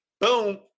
boom